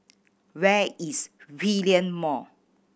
where is Hillion Mall